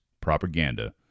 Propaganda